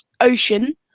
ocean